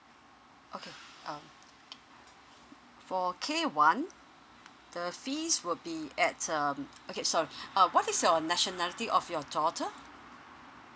okay um for K one the fees will be at um okay sorry uh what is your nationality of your daughter